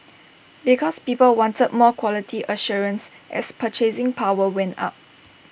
because people wanted more quality assurance as purchasing power went up